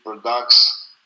products